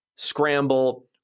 scramble